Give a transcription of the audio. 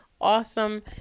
awesome